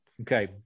Okay